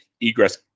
egress